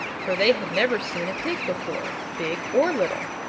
for they had never seen a pig before, big or little.